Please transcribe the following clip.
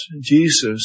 Jesus